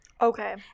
Okay